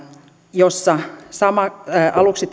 jossa aluksi